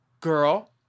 Girl